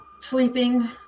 sleeping